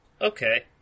okay